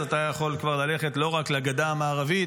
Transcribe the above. אז אתה יכול כבר ללכת לא רק לגדה המערבית